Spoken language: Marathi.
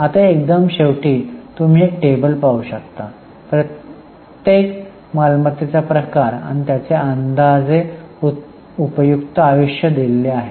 आता एकदम शेवटी तुम्ही एक टेबल पाहू शकता प्रत्येक मालमत्तेचा प्रकार आणि त्याचे अंदाजे उपयुक्त आयुष्य दिलेले आहे